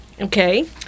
Okay